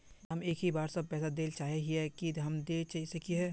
हम एक ही बार सब पैसा देल चाहे हिये की हम दे सके हीये?